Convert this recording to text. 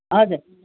हजुर